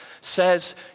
says